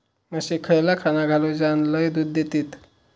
म्हशीक खयला खाणा घालू ज्याना लय दूध देतीत?